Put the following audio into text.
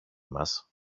μας